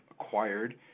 acquired